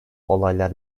olaylar